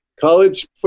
College